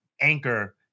anchor